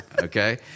Okay